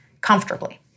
comfortably